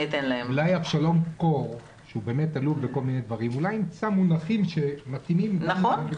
אולי אבשלום קור יוכל למצוא מונחים שמתאימים לכולם.